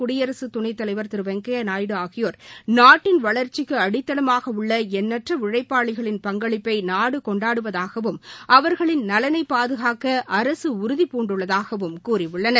குடியரசுத் துணைத்தலைவர் திரு வெங்கையா நாயடு ஆகியோர் நாட்டின் வளர்ச்சிக்கு அடித்தளமாக உள்ள எண்ணற்ற உழைப்பாளிகளின் பங்களிப்பை நாடு கொண்டாடுவதகவும் அவர்களின் நலனை பாதுகாக்க அரசு உறுதிபூண்டுள்ளதாகவும் கூறியுள்ளனர்